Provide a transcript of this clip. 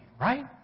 right